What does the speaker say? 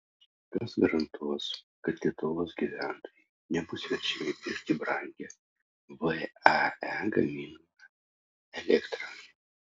kas garantuos kad lietuvos gyventojai nebus verčiami pirkti brangią vae gaminamą elektrą